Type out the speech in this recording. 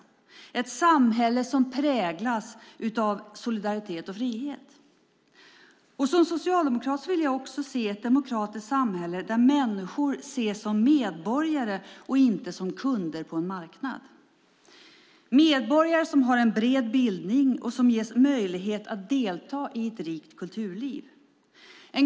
Jag vill ha ett samhälle som präglas av solidaritet och frihet. Som socialdemokrat vill jag också se ett demokratiskt samhälle där människor ses som medborgare och inte som kunder på en marknad. De ska ses som medborgare som har bred bildning och som ges möjlighet att delta i ett rikt kulturliv.